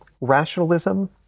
rationalism